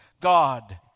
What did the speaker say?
God